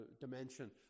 dimension